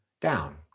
down